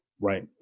Right